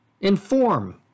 inform